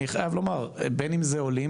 אני חייב לומר בין אם זה עולים,